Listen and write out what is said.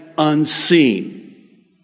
unseen